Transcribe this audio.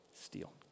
steel